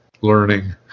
learning